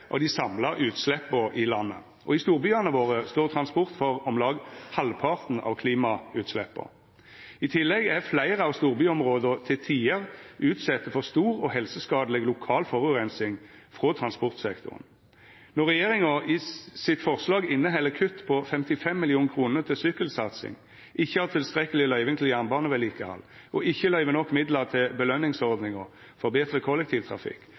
av dei samla utsleppa i landet, og i storbyane våre står transport for om lag halvparten av klimautsleppa. I tillegg er fleire av storbyområda til tider utsette for stor og helseskadeleg lokal forureining frå transportsektoren. Når regjeringa sitt forslag inneheld kutt på 55 mill. kr til sykkelsatsing, ikkje har tilstrekkeleg løyving til jernbanevedlikehald, ikkje løyver nok midlar til belønningsordninga for betre